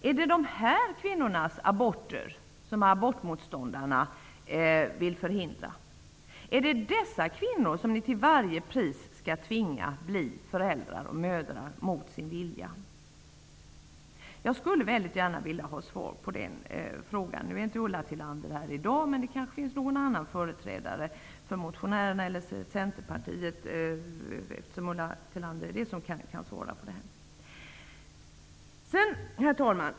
Är det dessa kvinnors aborter som abortmotståndarna vill förhindra? Är det dessa kvinnor som ni till varje pris skall tvinga att bli mödrar mot sin vilja? Jag skulle väldigt gärna vilja ha svar på den frågan. Ulla Tillander är inte här i dag, men det kanske finns någon annan företrädare för motionärerna eller för Centerpartiet som kan svara på det. Herr talman!